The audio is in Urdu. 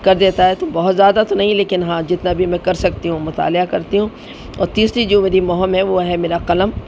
کر دیتا ہے تو بہت زیادہ تو نہیں لیکن ہاں جتنا بھی میں کر سکتی ہوں مطالعہ کرتی ہوں اور تیسری جو میری مہم ہے وہ ہے میرا قلم